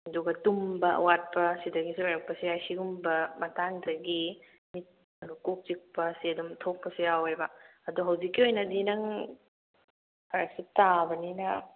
ꯑꯗꯨꯒ ꯇꯨꯝꯕ ꯋꯥꯠꯄ ꯁꯤꯗꯒꯤꯁꯨ ꯑꯣꯏꯔꯛꯄꯁꯨ ꯌꯥꯏ ꯁꯤꯒꯨꯝꯕ ꯃꯇꯥꯡꯗꯒꯤ ꯃꯤꯠ ꯅꯠꯇꯔꯒ ꯀꯣꯛꯆꯤꯛꯄꯁꯦ ꯑꯗꯨꯝ ꯊꯣꯛꯄꯁꯨ ꯌꯥꯎꯋꯦꯕ ꯑꯗꯣ ꯍꯧꯖꯤꯛꯀꯤ ꯑꯣꯏꯅꯗꯤ ꯅꯪ ꯐꯔꯛꯁꯤ ꯇꯥꯕꯅꯤꯅ